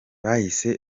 bahise